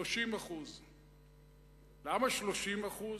30%. למה 30%?